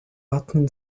button